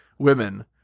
women